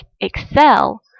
Excel